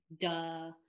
duh